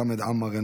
חבר הכנסת חמד עמאר,